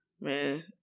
man